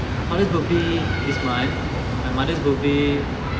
my father's birthday this month my mother's birthday